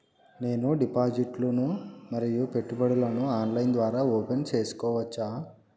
నేను డిపాజిట్లు ను మరియు పెట్టుబడులను ఆన్లైన్ ద్వారా ఓపెన్ సేసుకోవచ్చా?